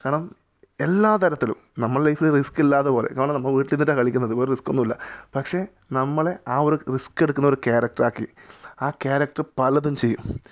കാരണം എല്ലാ തരത്തിലും നമ്മുടെ ലൈഫിൽ റിസ്ക് ഇല്ലാത്തതുപോലെ കാരണം നമ്മൾ വീട്ടിൽ ഇരുന്നിട്ടാണ് കളിക്കുന്നത് വേറെ റിസ്ക് ഒന്നുമില്ല പക്ഷേ നമ്മളെ ആ ഒരു റിസ്ക് എടുക്കുന്ന ഒരു ക്യാരക്ടർ ആക്കി ആ ക്യാരക്ടർ പലതും ചെയ്യും